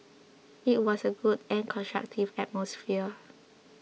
it was a good and constructive atmosphere